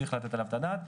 צריך לתת עליו את הדעת,